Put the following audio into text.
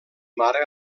mare